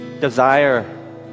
desire